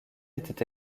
était